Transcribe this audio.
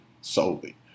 solely